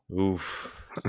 Oof